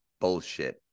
bullshit